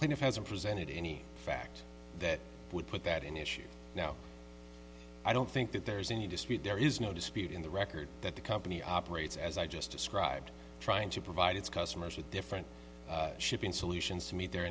it hasn't presented any fact that would put that in issue now i don't think that there's any dispute there is no dispute in the record that the company operates as i just described trying to provide its customers with different shipping solutions to meet their